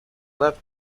left